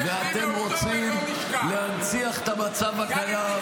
באוקטובר לא נשכח ---- ואתם רוצים להנציח את המצב הקיים.